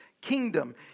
kingdom